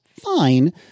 fine